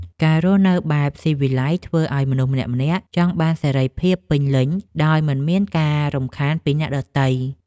ការរស់នៅបែបស៊ីវិល័យធ្វើឱ្យមនុស្សម្នាក់ៗចង់បានសេរីភាពពេញលេញដោយមិនមានការរំខានពីអ្នកដទៃ។